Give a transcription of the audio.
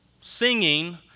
singing